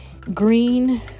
green